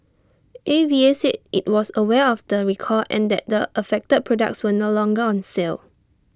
A V A said IT was aware of the recall and that the affected products were no longer on sale